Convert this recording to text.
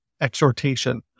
exhortation